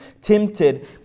tempted